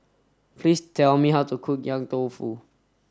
please tell me how to cook Yong Tau Foo